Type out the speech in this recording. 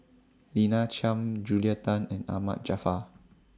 Lina Chiam Julia Tan and Ahmad Jaafar